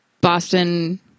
Boston